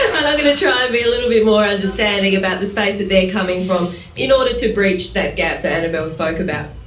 and i'm going to try and be a little bit more understanding about the space that they are coming from in order to reach that gap that annabel spoke about.